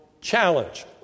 challenge